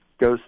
goes